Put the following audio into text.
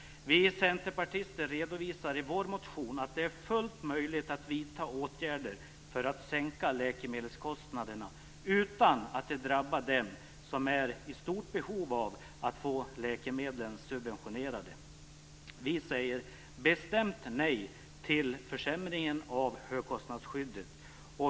Vi centerpartister redovisar i vår motion att det är fullt möjligt att vidta åtgärder för att sänka läkemedelskostnaderna utan att det drabbar dem som är i stort behov av att få läkemedlen subventionerade. Vi säger bestämt nej till försämringen av högkostnadsskyddet.